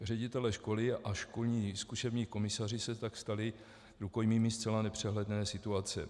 Ředitelé škol a školní zkušební komisaři se tak stali rukojmími zcela nepřehledné situace.